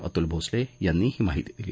अतूल भोसले यांनी ही माहिती दिली